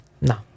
No